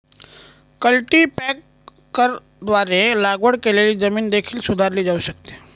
कल्टीपॅकरद्वारे लागवड केलेली जमीन देखील सुधारली जाऊ शकते